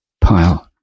pile